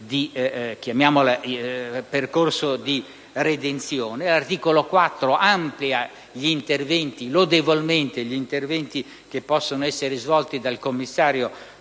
L'articolo 4 amplia lodevolmente gli interventi che possono essere svolti dal commissario